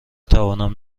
توانم